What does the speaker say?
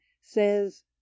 says